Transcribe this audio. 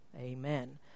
Amen